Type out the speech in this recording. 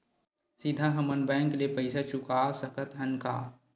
सीधा हम मन बैंक ले पईसा चुका सकत हन का?